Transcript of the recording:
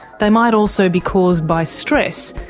they might also be caused by stress,